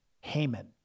Haman